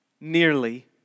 nearly